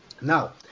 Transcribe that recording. Now